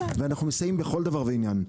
ואנחנו מסייעים בכל דבר ועניין,